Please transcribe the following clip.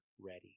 ready